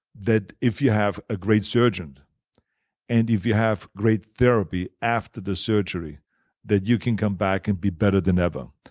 that if you have a great surgeon and if you have great therapy after the surgery that you can come back and be better than ever.